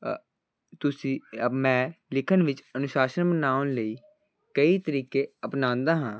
ਤੁਸੀਂ ਮੈਂ ਲਿਖਣ ਵਿੱਚ ਅਨੁਸ਼ਾਸਨ ਬਣਾਉਣ ਲਈ ਕਈ ਤਰੀਕੇ ਅਪਣਾਉਂਦਾ ਹਾਂ